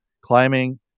climbing